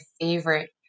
favorite